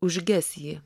užges ji